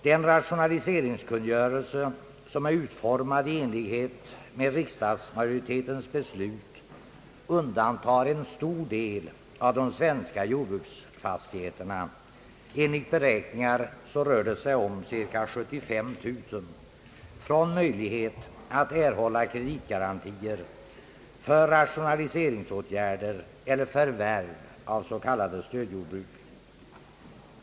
Den rationaliseringskungörelse som är utformad i enlighet med riksdagsmajoritetens beslut undantar en stor del av de svenska jordbruksfastigheterna — enligt beräkningar rör det sig om cirka 75 000 enheter — från möjlighet att erhålla kreditgarantier för rationaliseringsåtgärder eller förvärv av s.k. stödjordbruk.